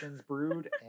brewed